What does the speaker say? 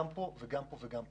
כלומר לעשות גם פה וגם פה וגם פה.